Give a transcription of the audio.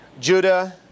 Judah